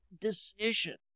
decision